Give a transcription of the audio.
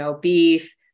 beef